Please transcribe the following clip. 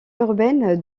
urbaine